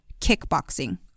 kickboxing